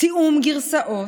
תיאום גרסאות.